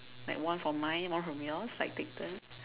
like one from mine one from yours like take turns